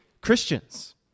Christians